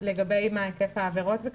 לגבי היקף העבירות?